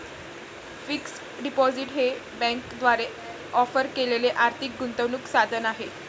fixed deposit हे बँकांद्वारे offer केलेले आर्थिक गुंतवणूक साधन आहे